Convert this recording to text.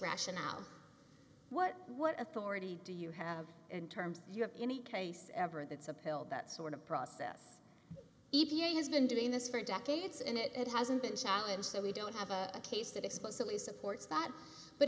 rationale what what authority do you have in terms you have any case ever that's a pill that sort of process e p a has been doing this for decades and it hasn't been challenged so we don't have a case that explicitly supports that but